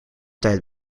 tijd